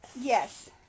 Yes